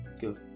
good